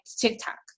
TikTok